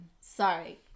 sorry